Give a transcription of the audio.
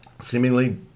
seemingly